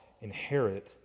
inherit